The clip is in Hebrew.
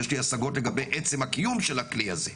יש לי השגות לגבי עצם הקיום של הכלי הזה,